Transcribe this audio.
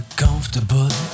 comfortable